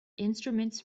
instruments